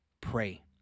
pray